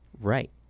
Right